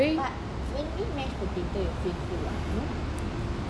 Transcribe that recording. but when you eat mashed potato you feel full [what] no